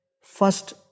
first